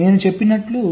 నేను చెప్పినట్లు